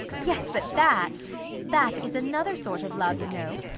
yes, but that that is another sort of love, you know.